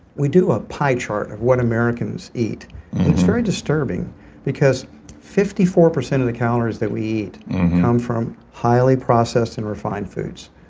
we do a pie chart of what americans eat. it's very disturbing because fifty four percent of the calories we eat come from highly processed and refined foods,